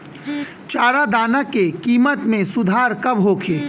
चारा दाना के किमत में सुधार कब होखे?